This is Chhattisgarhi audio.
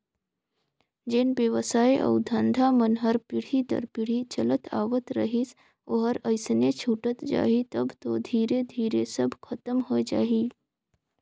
जेन बेवसाय अउ धंधा मन हर पीढ़ी दर पीढ़ी चलत आवत रहिस ओहर अइसने छूटत जाही तब तो धीरे धीरे सब खतम होए जाही